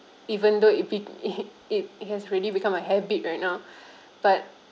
even though if it it it has already become a habit right now but